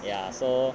ya so